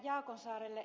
jaakonsaarelle